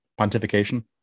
Pontification